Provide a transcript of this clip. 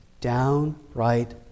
downright